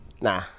Nah